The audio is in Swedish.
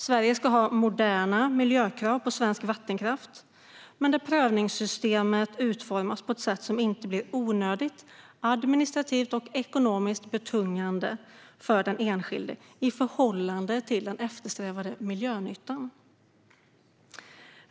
Sverige ska ha moderna miljökrav på svensk vattenkraft, men prövningssystemet ska utformas på ett sätt som inte blir onödigt administrativt och ekonomiskt betungande för den enskilde i förhållande till den eftersträvade miljönyttan.